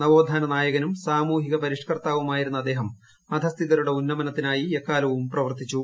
നവോത്ഥാന നായകനും സാമൂഹിക പുരിഷ്കർത്താവുമായിരുന്ന അദ്ദേഹം അധസ്ഥി തരുടെ ഉന്നമനത്തിനായി ക്കാലവും പ്രവർത്തിച്ചു